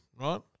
right